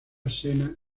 sena